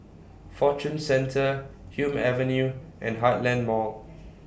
Fortune Centre Hume Avenue and Heartland Mall